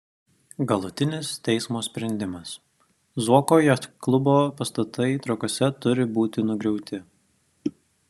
galutinis teismo sprendimas zuoko jachtklubo pastatai trakuose turi būti nugriauti